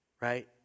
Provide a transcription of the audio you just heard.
right